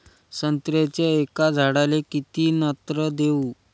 संत्र्याच्या एका झाडाले किती नत्र देऊ?